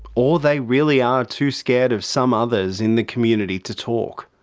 or they really are too scared of some others in the community to talk.